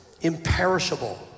imperishable